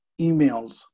emails